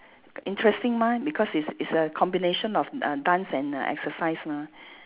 interesting mah because it's it's a combination of err dance and uh exercise mah